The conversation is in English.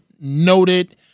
noted